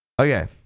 Okay